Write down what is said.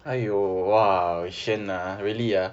!aiyo! !wah! wei xuan ah really ah